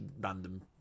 random